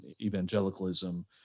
evangelicalism